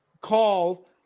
call